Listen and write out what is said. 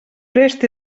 prest